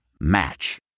Match